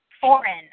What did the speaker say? foreign